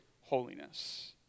holiness